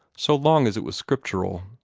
so long as it was scriptural.